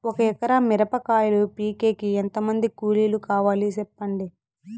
ఒక ఎకరా మిరప కాయలు పీకేకి ఎంత మంది కూలీలు కావాలి? సెప్పండి?